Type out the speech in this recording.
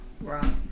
Right